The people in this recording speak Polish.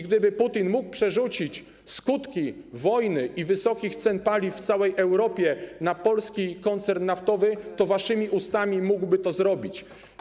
Gdyby Putin mógł przerzucić skutki wojny i wysokich cen paliw w całej Europie na Polski Koncern Naftowy, to waszymi ustami mógłby to zrobić.